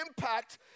impact